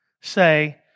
say